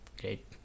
great